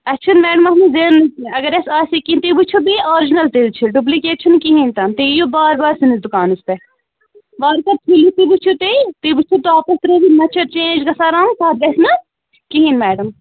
اَسہِ چھُنہٕ میڈم اتھ منٛز زیننُے کیٚنٛہہ اَگر اَسہِ آسہِ ہَے کیٚنٛہہ تُہۍ وُچھِو یہِ آرجینل تہِ حظ چھُ ڈُپلِِکیٹ چھُنہٕ کِہیٖنٛۍ تہِ نہٕ تُہۍ ییو بار بار سٲنِس دُکانَس پٮ۪ٹھ ولہٕ سا ٹھیٖک تُہۍ وُچھِو تُہۍ تُہۍ وُچھِو ٹاپَس ترٛٲومٕتۍ نہَ چھِ اَتھ چینٛج گژھان رنٛگ اتھ گژھِ نہٕ کِہیٖنٛۍ میڈم